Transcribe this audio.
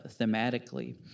thematically